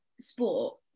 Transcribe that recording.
sport